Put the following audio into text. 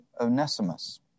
Onesimus